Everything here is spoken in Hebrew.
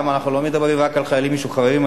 אנחנו גם לא מדברים רק על חיילים משוחררים,